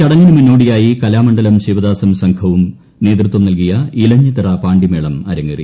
ചടങ്ങിനു മുന്നോടിയായി കലാമണ്ഡലം ശിവദാസും സംഘവും നേതൃത്വം നൽകിയ ഇലഞ്ഞിത്തറ പാണ്ടിമേളം അരങ്ങേറി